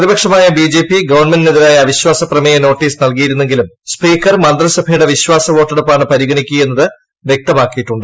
പ്രതിപക്ഷമായ ബിജെപി ഗവൺമെന്റിനെതിരായ അവിശ്വാസ പ്രമേയനോട്ടീസ് നൽകിയിരുന്നെങ്കിലും സ്പീക്കർ മന്ത്രിസഭയുടെ വിശ്വാസ വോട്ടെടുപ്പാണ് പരിഗണിക്കുകയെന്നത് വ്യക്തമാക്കിയിട്ടുണ്ട്